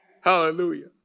Hallelujah